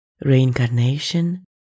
reincarnation